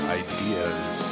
ideas